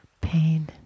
pain